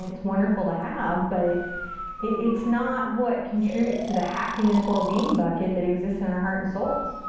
it's wonderful to have, but it's not what contributes to the happiness well-being bucket that exists in our heart and souls.